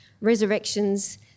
resurrections